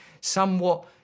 somewhat